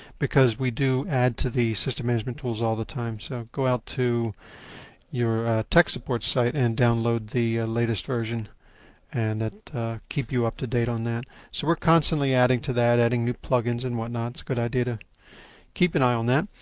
because we do add to the system management tools all the time. so, go out to your tech support site and download the latest version and that keep you up-to-date on that. so, we are constantly adding to that, adding new plug-ins and whatnot. it's a good idea to keep an eye on that.